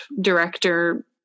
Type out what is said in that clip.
director